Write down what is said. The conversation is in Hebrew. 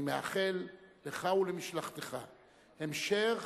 אני מאחל לך ולמשלחתך המשך